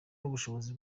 n’ubushobozi